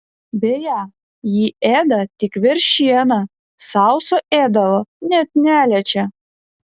beje ji ėda tik veršieną sauso ėdalo net neliečia